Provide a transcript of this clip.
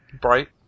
Bright